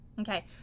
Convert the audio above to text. okay